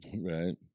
right